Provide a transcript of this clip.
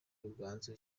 ruganzu